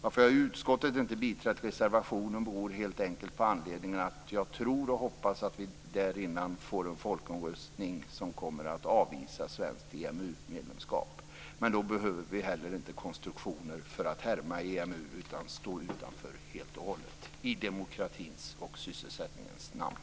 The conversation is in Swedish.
Att utskottet inte har biträtt reservationen tror och hoppas jag helt enkelt beror på att vi dessförinnan får en folkomröstning som kommer att avvisa svenskt EMU medlemskap. Men då behöver vi inte heller konstruktioner för att härma EMU utan kan helt och hållet stå utanför i demokratins och sysselsättningens namn.